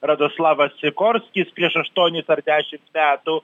radoslavas sikorskis prieš aštuonis ar dešimt metų